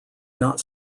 not